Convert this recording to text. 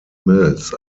mills